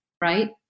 right